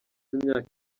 imyaka